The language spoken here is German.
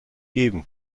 geben